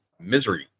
misery